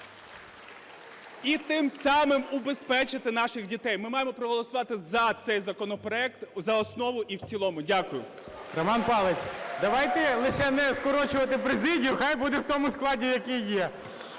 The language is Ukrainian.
і тим самим убезпечити наших дітей. Ми маємо проголосувати за цей законопроект за основу і в цілому. Дякую. ГОЛОВУЮЧИЙ. Романе Павловичу, давайте лише не скорочувати президію, хай буде в тому складі, який є.